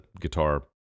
guitar